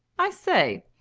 i say,